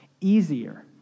easier